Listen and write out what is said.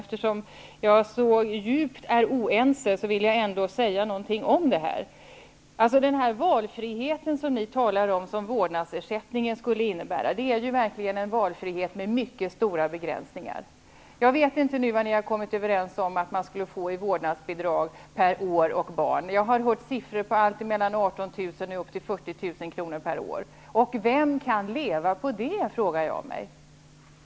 Eftersom jag är så djupt oense med Sten Svensson vill jag säga någonting om detta. Den valfrihet som ni talar om att vårdnadsersättningen skulle innebära är verkligen en valfrihet med mycket stora begränsningar. Jag vet inte vad ni har kommit överens om beträffande nivån på vårdnadsbidraget. Jag har hört allt från 18 000 kr. upp till 40 000 kr. per barn och år. Vem kan leva på det?